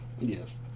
Yes